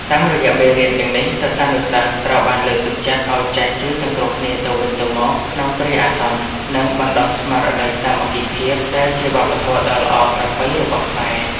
តាមរយៈមេរៀនទាំងនេះ សិស្សានុសិស្សត្រូវបានលើកទឹកចិត្តឱ្យចេះជួយសង្គ្រោះគ្នាទៅវិញទៅមកក្នុងគ្រាអាសន្ន និងបណ្ដុះស្មារតីសាមគ្គីភាពដែលជាវប្បធម៌ដ៏ល្អប្រពៃរបស់ខ្មែរ។